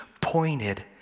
pointed